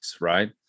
right